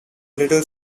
little